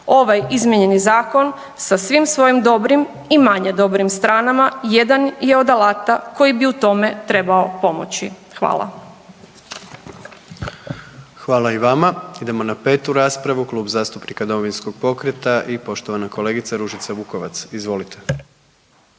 Ovaj izmijenjeni Zakon sa svim svojim dobrim i manje dobrim stranama, jedan je od alata koji bi u tome trebao pomoći. Hvala. **Jandroković, Gordan (HDZ)** Hvala i vama. Idemo na 5. raspravu, Kluba zastupnika Domovinskog pokreta i poštovana kolegica Ružica Vukovac. Izvolite.